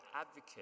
advocate